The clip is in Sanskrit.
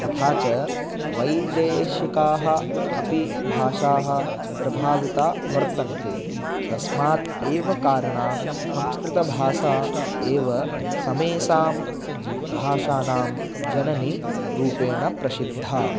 तथा च वैदेशिकाः अपि भाषाः प्रभाविताः वर्तन्ते तस्मात् एव कारणात् संस्कृतभाषा एव समेषां भाषाणां जननीरूपेण प्रसिद्धा